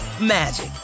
magic